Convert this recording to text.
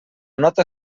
nota